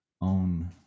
own